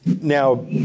Now